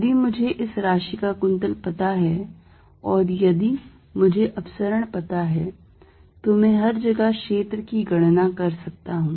यदि मुझे इस राशि का कुंतल पता है और यदि मुझे अपसरण पता है तो मैं हर जगह क्षेत्र की गणना कर सकता हूं